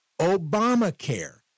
Obamacare